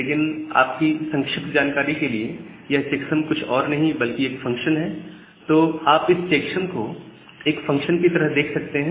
लेकिन आप की संक्षिप्त जानकारी के लिए यह चेक्सम कुछ और नहीं बल्कि एक फंक्शन है तो आप इस चेक्सम को एक फंक्शन की तरह देख सकते हैं